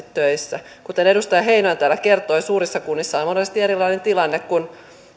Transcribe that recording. töissä kuten edustaja heinonen täällä kertoi suurissa kunnissa on monesti erilainen tilanne kuin